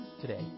today